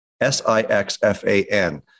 S-I-X-F-A-N